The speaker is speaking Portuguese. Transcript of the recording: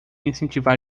incentivar